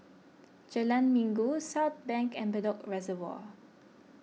Jalan Minggu Southbank and Bedok Reservoir